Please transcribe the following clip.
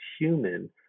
human